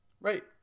right